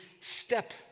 step